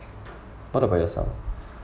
what about yourself